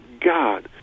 God